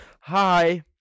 hi